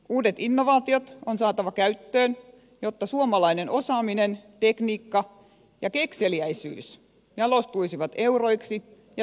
uudet innovaatiot on saatava käytäntöön jotta suomalainen osaaminen tekniikka ja kekseliäisyys jalostuisivat euroiksi ja työpaikoiksi